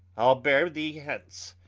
ile beare thee hence,